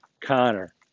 connor